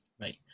Right